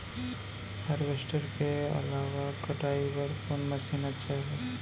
Harvester के अलावा कटाई बर कोन मशीन अच्छा होही?